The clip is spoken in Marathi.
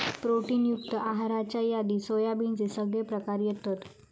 प्रोटीन युक्त आहाराच्या यादीत सोयाबीनचे सगळे प्रकार येतत